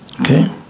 Okay